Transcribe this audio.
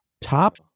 Top